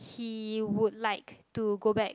he would like to go back